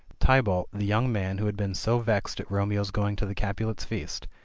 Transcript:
tybalt, the young man who had been so vexed at romeo's going to the capulet's feast,